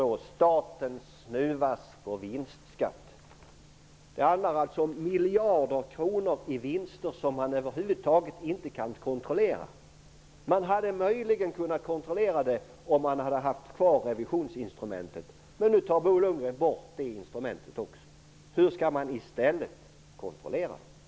Det står: Staten snuvas på vinstskatt. Det handlar alltså om miljarder kronor i vinster som man över huvud taget inte kan kontrollera. Man hade möjligen kunnat kontrollera dem om man hade kvar revisionsinstrumentet. Men nu tar Bo Lundgren bort också det instrumentet. Hur skall man i stället kunna kontrollera? Herr talman!